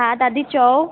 हा दादी चओ